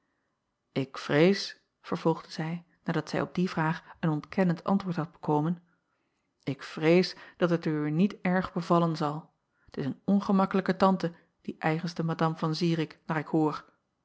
k vrees vervolgde zij nadat zij op die vraag een ontkennend antwoord had bekomen ik vrees dat het er u niet erg bevallen zal t s een ongemakkelijke tante die eigenste adam an irik naar ik hoor